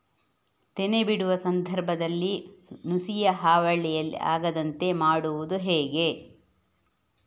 ತೆನೆ ಬಿಡುವ ಸಂದರ್ಭದಲ್ಲಿ ನುಸಿಯ ಹಾವಳಿ ಆಗದಂತೆ ಮಾಡುವುದು ಹೇಗೆ?